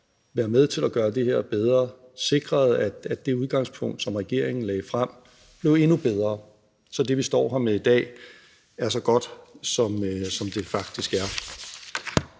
være med til at gøre det her bedre: Sikre, at det udgangspunkt, som regeringen lagde frem, blev endnu bedre, så det, vi står med her i dag, er så godt, som det faktisk er.